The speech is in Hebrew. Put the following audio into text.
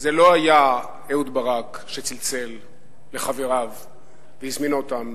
זה לא היה אהוד ברק שצלצל לחבריו והזמין אותם